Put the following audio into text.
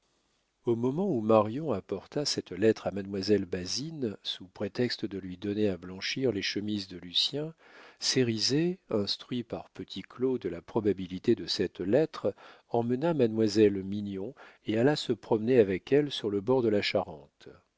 au moment où marion apporta cette lettre à mademoiselle basine sous prétexte de lui donner à blanchir les chemises de lucien cérizet instruit par petit claud de la probabilité de cette lettre emmena mademoiselle mignon et alla se promener avec elle sur le bord de la charente